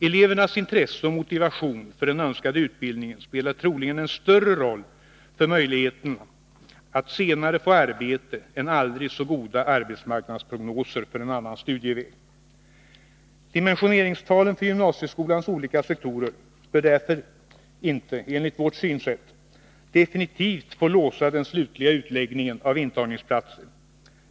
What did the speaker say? Elevernas intresse och motivation för den önskade utbildningen spelar troligen en större roll för möjligheterna att senare få arbete än aldrig så goda arbetsmarknadsprognoser för en annan studieväg. Dimensioneringstalen för gymnasieskolans olika sektorer bör därför inte, enligt vårt synsätt, definitivt få låsa den slutliga utläggningen av intagningsplatser.